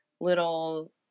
little